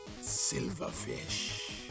silverfish